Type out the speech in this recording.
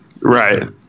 Right